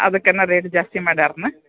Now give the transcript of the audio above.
ಅದಕ್ಕೇ ರೇಟ್ ಜಾಸ್ತಿ ಮಾಡ್ಯಾರೇನು